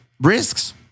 Risks